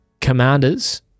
Commanders